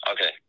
Okay